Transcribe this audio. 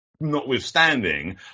notwithstanding